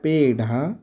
peda